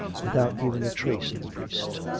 without even a trace of the priest.